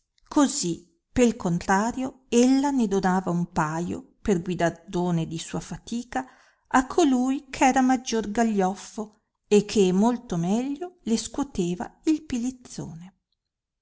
così pel contrario ella ne donava un paio per guidardone di sua fatica a colui eh era maggior gaglioffo e che molto meglio le scuoteva il pilizzone